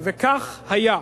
וכך היה.